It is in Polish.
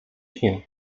śnie